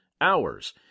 hours